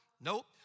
Nope